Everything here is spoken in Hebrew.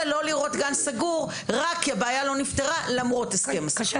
לא לראות גן סגור רק כי הבעיה לא נפתרה למרות הסכם השכר.